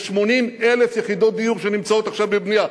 80,000 יחידות דיור נמצאות עכשיו בבנייה,